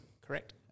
Correct